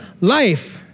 life